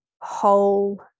whole